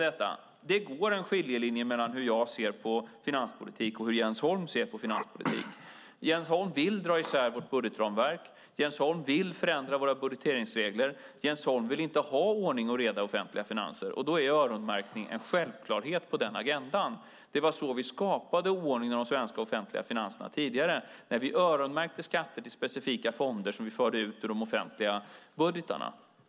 Det går en skiljelinje mellan hur jag ser på finanspolitik och hur Jens Holm ser på finanspolitik. Jens Holm vill dra isär vårt budgetramverk. Jens Holm vill förändra våra budgeteringsregler. Jens Holm vill inte ha ordning och reda i offentliga finanser. Då är öronmärkning en självklarhet på den agendan. Det var så vi tidigare skapade oordningen i de svenska offentliga finanserna, det vill säga när vi öronmärkte skatter till specifika fonder som vi förde ut i de offentliga budgetarna.